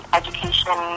education